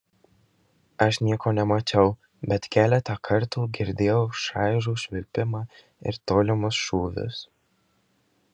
aš nieko nemačiau bet keletą kartų girdėjau šaižų švilpimą ir tolimus šūvius